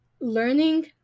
learning